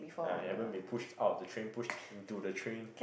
ya you haven't been pushed out of the train pushed into the train